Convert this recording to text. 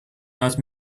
not